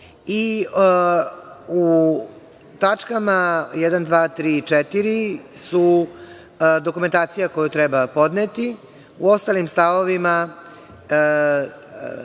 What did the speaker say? U tačkama 1, 2, 3. i 4. su dokumentacija koju treba podneti, a u ostalim stavovima